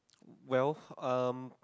well um